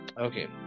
Okay